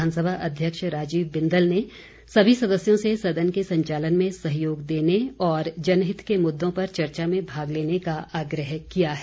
विधानसभा अध्यक्ष राजीव बिंदल ने सभी सदस्यों से सदन के संचालन में सहयोग देने और जनहित के मुददों पर चर्चा में भाग लेने का आग्रह किया है